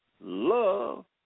love